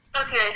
Okay